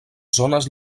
zones